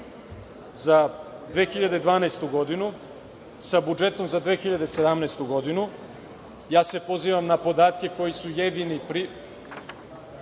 za 2012. godinu sa budžetom za 2017. godinu, ja se pozivam na podatke koji su jedini nama